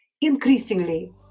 increasingly